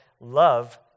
love